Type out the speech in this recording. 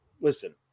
Listen